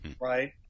Right